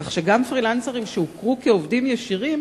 כך שגם פרילנסרים שהוכרו כעובדים ישירים